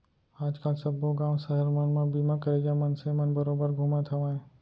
आज काल सब्बो गॉंव सहर मन म बीमा करइया मनसे मन बरोबर घूमते हवयँ